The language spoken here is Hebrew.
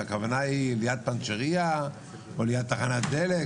שהכוונה היא ליד פנצ'ריה או ליד תחנת דלק.